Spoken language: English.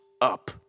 up